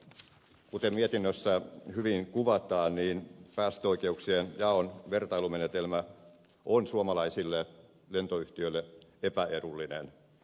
kuten mietinnössä hyvin kuvataan niin päästöoikeuksien jaon vertailumenetelmä on suomalaisille lentoyhtiöille epäedullinen